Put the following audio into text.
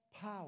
power